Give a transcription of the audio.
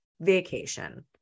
vacation